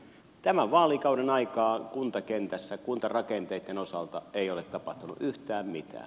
tämän vaalikauden aikaan kuntakentässä kuntarakenteitten osalta ei ole tapahtunut yhtään mitään